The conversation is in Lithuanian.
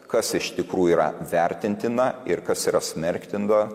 kas iš tikrųjų yra vertintina ir kas yra smerktina